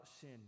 sin